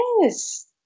yes